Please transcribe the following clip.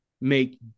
make